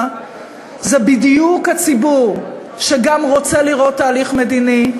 זה בדיוק הציבור שגם רוצה לראות תהליך מדיני,